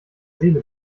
seele